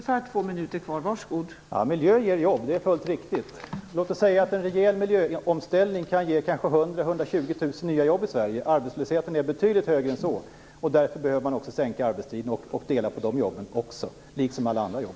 Fru talman! Miljö ger jobb. Det är helt riktigt. Låt oss säga att en rejäl miljöomställning kan ge kanske 100 000-120 000 nya jobb i Sverige. Arbetslösheten är betydligt större än så. Därför behöver man också sänka arbetstiden och dela på de jobben också liksom alla andra jobb.